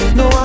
no